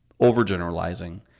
overgeneralizing